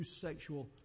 sexual